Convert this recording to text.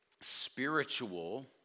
spiritual